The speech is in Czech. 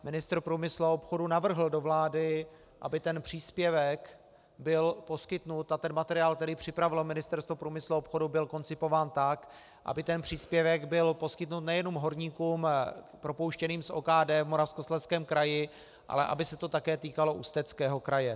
Ministr průmyslu a obchodu navrhl do vlády, aby ten příspěvek byl poskytnut, a ten materiál, který připravilo Ministerstvo průmyslu a obchodu, byl koncipován tak, aby ten příspěvek byl poskytnut nejenom horníkům propouštěným z OKD v Moravskoslezském kraji, ale aby se to také týkalo Ústeckého kraje.